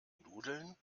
nudeln